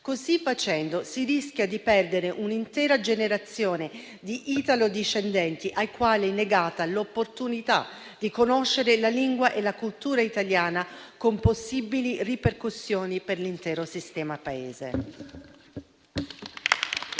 Così facendo, si rischia di perdere un'intera generazione di italodiscendenti, ai quali è negata l'opportunità di conoscere la lingua e la cultura italiana, con possibili ripercussioni per l'intero sistema Paese.